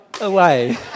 away